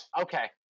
Okay